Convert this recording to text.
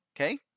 Okay